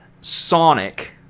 Sonic